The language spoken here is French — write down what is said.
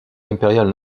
impériales